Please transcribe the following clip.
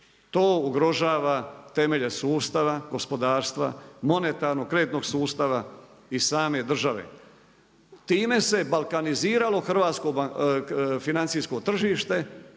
To ugrožava temelje sustava gospodarstva, monetarnu, kreditnog sustava i same države. Time se balkaniziralo hrvatsko financijsko tržište